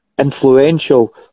influential